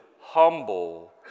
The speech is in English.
humble